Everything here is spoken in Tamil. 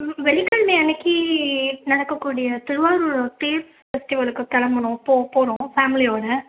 ம் வெள்ளிக்கிழமை அன்னைக்கு நடக்கக்கூடிய திருவாரூர் தேர் ஃபெஸ்டிவலுக்கு கிளம்பணும் போ போகறோம் ஃபேம்லியோட